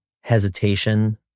hesitation